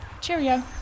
cheerio